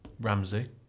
Ramsey